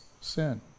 sin